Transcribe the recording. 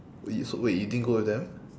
wait you so wait you didn't go with them